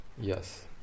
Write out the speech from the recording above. Yes